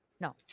no